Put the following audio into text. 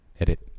edit